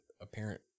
apparent